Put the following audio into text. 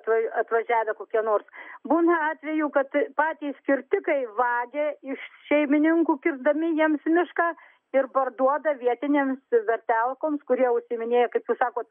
tai atvažiavę kokie nors būna atvejų kad patys kirtikai vagia iš šeimininkų kirsdami jiems mišką ir parduoda vietiniams vertelgoms kurie užsiiminėja kaip jūs sakote